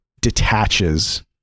detaches